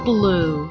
Blue